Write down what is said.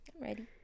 Ready